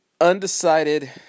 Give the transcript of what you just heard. undecided